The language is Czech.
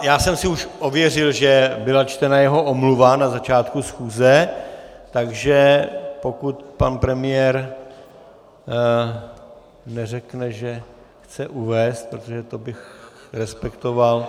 Já jsem si už ověřil, že byla čtena jeho omluva na začátku schůze, takže pokud pan premiér neřekne, že to chce uvést, protože to bych respektoval...